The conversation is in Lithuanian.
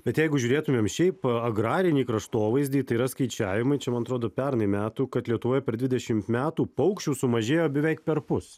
bet jeigu žiūrėtumėm šiaip agrarinį kraštovaizdį tai yra skaičiavimai čia man atrodo pernai metų kad lietuvoje per dvidešimt metų paukščių sumažėjo beveik perpus